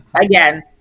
again